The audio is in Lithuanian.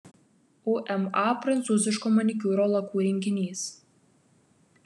uma prancūziško manikiūro lakų rinkinys